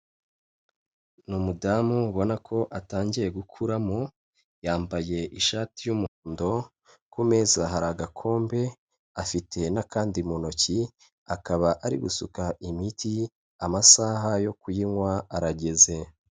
Ni umudamu ubona ko atangiye gukuramo, yambaye ishati y'umuhondo, ku meza hari agakombe, afite n'akandi mu ntoki, akaba ari gusuka imiti, amasaha yo kuyinywa arageze.